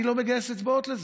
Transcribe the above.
אני לא מגייס אצבעות לזה.